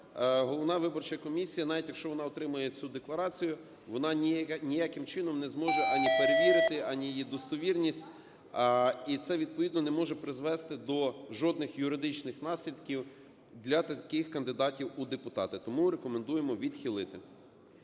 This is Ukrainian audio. головна виборча комісія, навіть якщо вона отримає цю декларацію, вона ніяким чином не зможе перевірити ані її достовірність, і це відповідно не може призвести до жодних юридичних наслідків для таких кандидатів у депутати. Тому рекомендуємо відхилити.